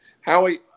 Howie